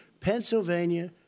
Pennsylvania